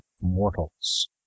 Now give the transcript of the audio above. mortals